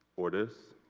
or this?